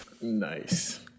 Nice